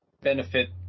benefit